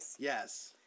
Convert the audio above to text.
Yes